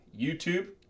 YouTube